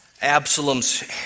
Absalom's